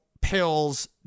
pills